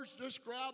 describe